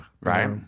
Right